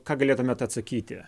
ką galėtumėt atsakyti